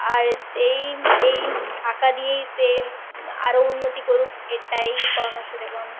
আর সেই এই আঁকা দিয়েই সে আরও উন্নতি করুক এটাই পরামর্শ দেবো আমি